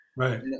Right